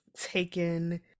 Taken